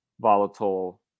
volatile